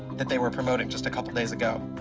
that they were promoting just a couple of days ago.